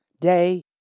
day